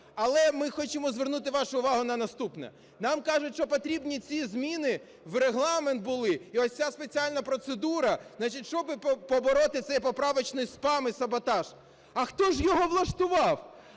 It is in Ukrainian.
Але ми хочемо звернути вашу увагу на наступне. Нам кажуть, що потрібні ці зміни в Регламент були і ось ця спеціальна процедура, щоби побороти цей поправочний спам і саботаж. А хто ж його влаштував?